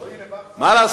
הו, הנה, מה לעשות,